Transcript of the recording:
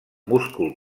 múscul